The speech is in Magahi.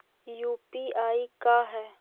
यु.पी.आई का है?